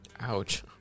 Ouch